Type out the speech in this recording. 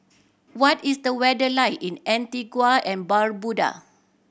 what is the weather like in Antigua and Barbuda